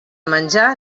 menjar